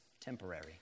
temporary